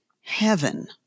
heaven